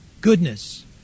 Goodness